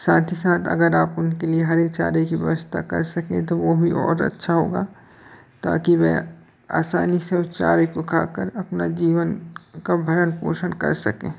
साथ ही साथ अगर आप उनके लिए हरे चारे की व्यवस्था कर सकें तो वह भी और अच्छा होगा ताकि वे आसानी से उस चारे को खाकर अपना जीवन का भरण पोषण कर सकें